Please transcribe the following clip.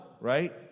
right